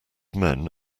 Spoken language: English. men